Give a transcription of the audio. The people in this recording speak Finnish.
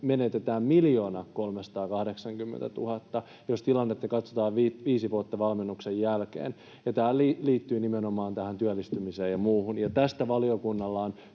menetetään 1 380 000, jos tilannetta katsotaan viisi vuotta valmennuksen jälkeen, ja tämä liittyy nimenomaan tähän työllistymiseen ja muuhun. Ja tästä valiokunnalla on